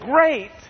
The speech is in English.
great